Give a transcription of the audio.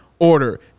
Order